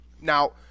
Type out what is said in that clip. Now